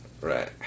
Right